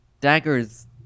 Dagger's